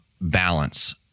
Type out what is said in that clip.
balance